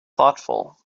thoughtful